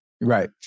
Right